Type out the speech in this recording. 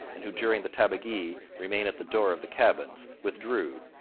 and who during the tabagie remain at the door of the cabins, withdrew,